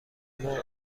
مرغ